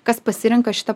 kas pasirenka šitą